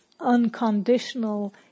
unconditional